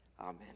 amen